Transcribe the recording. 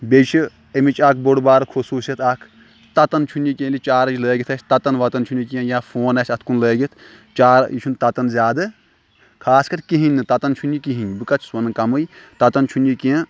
بیٚیہِ چھُ اَمِچ اَکھ بوٚڑ بار خصوٗصِیَت اَکھ تَتان چھُنہٕ یہِ کیٚنٛہہ ییٚلہِ یہِ چارٕج لٲگِتھ آسہِ تَتان وَتان چھُنہٕ یہِ کیٚنٛہہ یا فون آسہِ اَتھ کُن لٲگِتھ چا یہِ چھُنہٕ تَتان زیادٕ خاص کَر کِہیٖنۍ نہٕ تَتان چھُنہٕ یہِ کِہیٖنۍ بہٕ کَتہِ چھُس وَنان کَمٕے تَتان چھُنہٕ یہِ کیٚنٛہہ